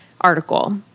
article